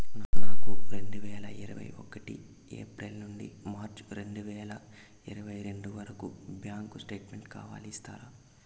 నాకు రెండు వేల ఇరవై ఒకటి ఏప్రిల్ నుండి మార్చ్ రెండు వేల ఇరవై రెండు వరకు బ్యాంకు స్టేట్మెంట్ కావాలి ఇస్తారా